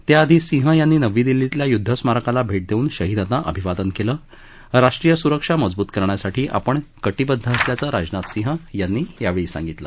त्याआधी सिंह यांनी नवी दिल्लीतल्या युद्ध स्मारकाला भेट देऊन शहिदांना अभिवादन केलं राष्ट्रीय स्रक्षा मजबूत करण्यासाठी आपण कटिबद्ध असल्याचं राजनाथ सिंह यांनी यावेळी सांगितलं